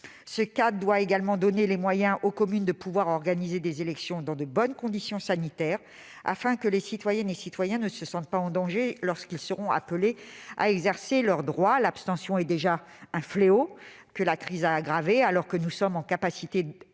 Ce cadre doit également donner les moyens aux communes d'organiser des élections dans de bonnes conditions sanitaires afin que les citoyennes et citoyens ne se sentent pas en danger lorsqu'ils seront appelés à exercer leur droit. L'abstention est un fléau que la crise a aggravé. Alors que nous sommes en capacité